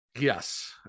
yes